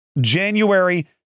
January